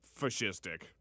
fascistic